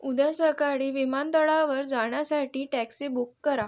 उद्या सकाळी विमानतळावर जाण्यासाठी टॅक्सी बुक करा